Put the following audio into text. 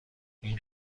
این